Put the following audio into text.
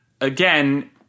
again